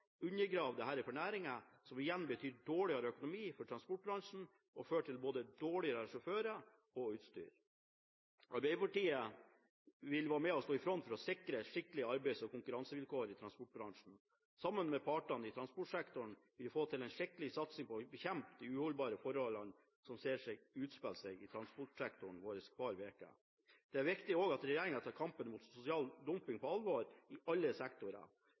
for næringen, som igjen betyr dårligere økonomi for transportbransjen, noe som fører til både dårligere sjåfører og utstyr. Arbeiderpartiet vil være med og stå i front for å sikre skikkelige arbeids- og konkurransevilkår i transportbransjen. Sammen med partene i transportsektoren vil vi få til en skikkelig satsing for å bekjempe de uholdbare forholdene som vi ser utspiller seg i transportsektoren vår hver uke. Det er også viktig at regjeringen tar kampen mot sosial dumping på alvor i alle sektorer.